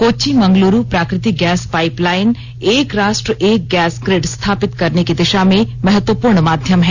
कोच्चि मंगलूरु प्राकृतिक gas pipeline एक राष्ट्र एक गैस ग्रिड स्थापित करने की दिशा में महत्वपूर्ण माध्यम है